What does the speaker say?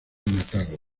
natal